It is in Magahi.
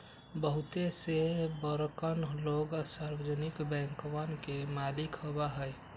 बहुते से बड़कन लोग सार्वजनिक बैंकवन के मालिक होबा हई